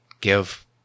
give